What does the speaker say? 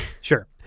Sure